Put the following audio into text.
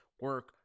Work